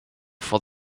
for